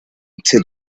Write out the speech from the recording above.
into